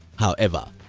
however,